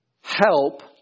help